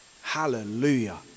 hallelujah